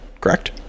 Correct